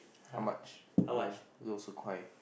how much so 六十块